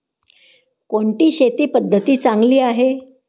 कोणती शेती पद्धती चांगली आहे?